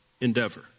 endeavor